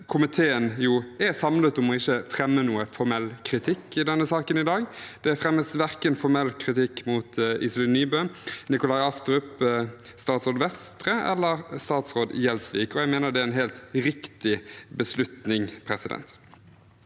komiteen er samlet om ikke å fremme noen formell kritikk i denne saken i dag. Det fremmes verken formell kritikk mot Iselin Nybø, Nikolai Astrup, statsråd Vestre eller statsråd Gjelsvik, og jeg mener det er en helt riktig beslutning. For å ta